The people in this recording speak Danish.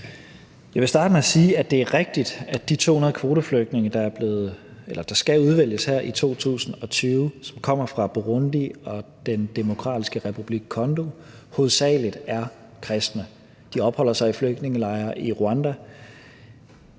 Jeg vil starte med at sige, at det er rigtigt, at de 200 kvoteflygtninge, der skal udvælges i 2020, som kommer fra Burundi og Den Demokratiske Republik Congo, hovedsagelig er kristne. De opholder sig i flygtningelejre i Rwanda.